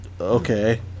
okay